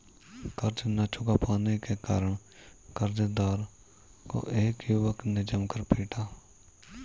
कर्ज ना चुका पाने के कारण, कर्जदार को एक युवक ने जमकर पीटा